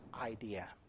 idea